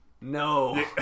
No